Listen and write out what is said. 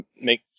make